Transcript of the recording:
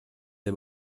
les